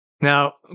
Now